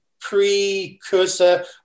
precursor